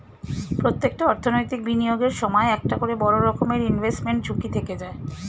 প্রত্যেকটা অর্থনৈতিক বিনিয়োগের সময় একটা করে বড় রকমের ইনভেস্টমেন্ট ঝুঁকি থেকে যায়